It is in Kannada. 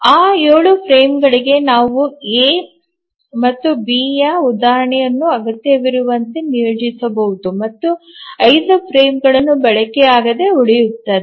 ಆ 7 ಫ್ರೇಮ್ಗಳಿಗೆ ನಾವು ಎ ಅಥವಾ ಬಿ ಯ ಉದಾಹರಣೆಯನ್ನು ಅಗತ್ಯವಿರುವಂತೆ ನಿಯೋಜಿಸಬಹುದು ಮತ್ತು 5 ಫ್ರೇಮ್ಗಳು ಬಳಕೆಯಾಗದೆ ಉಳಿಯುತ್ತವೆ